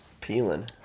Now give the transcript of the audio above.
Peeling